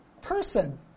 person